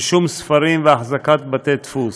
רישום ספרים והחזקת בתי-דפוס.